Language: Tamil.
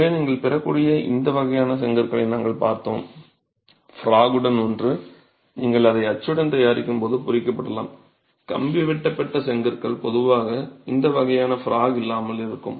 எனவே நீங்கள் பெறக்கூடிய இந்த வகையான செங்கற்களை நாங்கள் பார்த்தோம் ஃப்ராகுடன் ஒன்று நீங்கள் அதை அச்சுடன் தயாரிக்கும்போது பொறிக்கப்படலாம் கம்பி வெட்டப்பட்ட செங்கற்கள் பொதுவாக இந்த வகையான ஃப்ராக் இல்லாமல் இருக்கும்